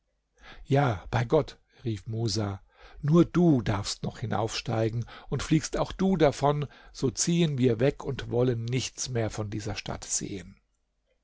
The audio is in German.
ja bei gott rief musa nur du darfst noch hinaufsteigen und fliegst auch du davon so ziehen wir weg und wollen nichts mehr von dieser stadt sehen